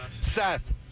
Seth